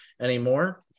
anymore